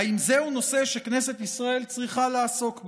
האם זהו נושא שכנסת ישראל צריכה לעסוק בו?